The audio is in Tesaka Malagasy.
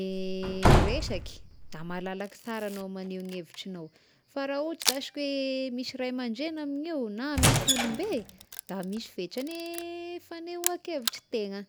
miresaky da malalaka sara agnao magneho ny hevitrignao, fa raha ohatry izashy hoe misy ray aman-dregny amignio na misy olom-be da misy fetragny fanehoan-kevitry tegna.